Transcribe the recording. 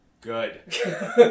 Good